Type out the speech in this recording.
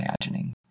imagining